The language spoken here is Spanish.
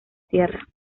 tierra